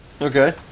Okay